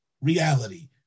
reality